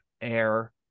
air